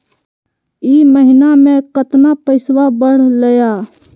ई महीना मे कतना पैसवा बढ़लेया?